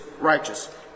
righteous